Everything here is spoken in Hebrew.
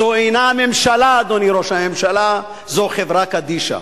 זו אינה הממשלה, אדוני ראש הממשלה, זו חברה קדישא.